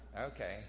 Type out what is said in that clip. Okay